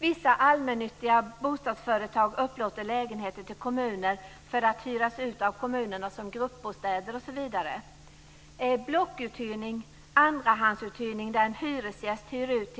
Vissa allmännyttiga bostadsföretag upplåter lägenheter till kommuner för att hyras ut av kommunerna som gruppbostäder osv. Blockuthyrning - andrahandsuthyrning där en hyresgäst hyr ut